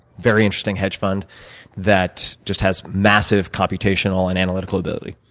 very interesting hedge fund that just has massive computational and analytical ability.